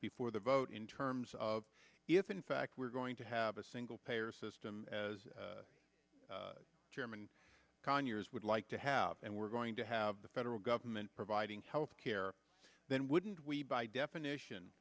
before the vote in terms of if in fact we're going to have a single payer system as chairman conyers would like to have and we're going to have the federal government providing health care then wouldn't we by definition